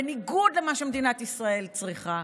בניגוד למה שמדינת ישראל צריכה,